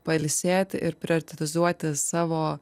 pailsėt ir prioritetizuoti savo